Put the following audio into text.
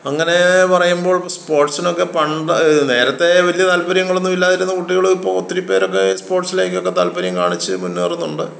അങ്ങനെ പറയുമ്പോൾ സ്പോർട്സിനൊക്കെ പണ്ട് നേരത്തെ വലിയ താൽപ്പര്യങ്ങളൊന്നും ഇല്ലാതിരുന്ന കുട്ടികളും ഇപ്പോ ഒത്തിരി പേരൊക്കെ സ്പോർട്സിലേക്കൊക്കെ താൽപ്പര്യം കാണിച്ച് മുന്നേറുന്നുണ്ട്